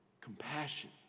compassion